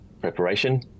preparation